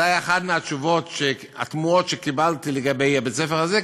זאת הייתה אחת מהתשובות התמוהות שקיבלתי לגבי בית-הספר הזה,